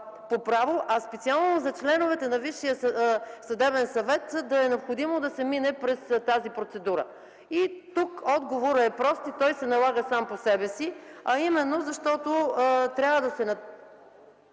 а специално за членовете на Висшия съдебен съвет да е необходимо да се мине през тази процедура? Отговорът е прост и той се налага сам по себе си – именно защото трябва да се